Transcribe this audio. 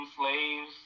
slaves